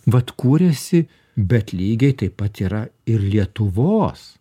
vat kuriasi bet lygiai taip pat yra ir lietuvos